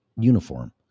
uniform